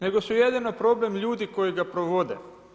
Nego su jedino problem ljudi koji ga provode.